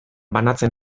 banatzen